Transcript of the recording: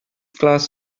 class